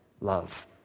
love